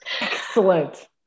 excellent